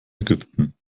ägypten